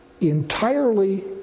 entirely